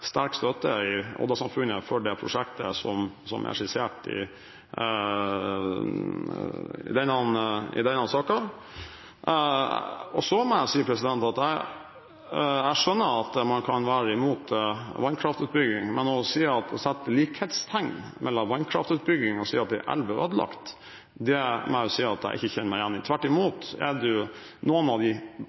i Odda-samfunnet for det prosjektet som er skissert i denne saken. Jeg skjønner at man kan være imot vannkraftutbygging, men å sette likhetstegn mellom vannkraftutbygging og det å si at elven er ødelagt – det må jeg si at jeg ikke kjenner meg igjen i. Tvert imot er noen av de aller beste og mest artsrike norske vassdragene regulerte vassdrag: Orkla, Gaula osv. Replikkordskiftet er omme. De